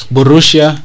Borussia